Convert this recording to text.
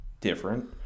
different